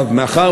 מאחר